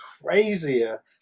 crazier